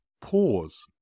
pause